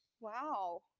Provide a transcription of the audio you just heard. wow